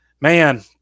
man